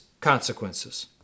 consequences